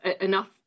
enough